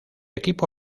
equipo